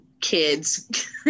kids